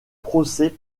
procès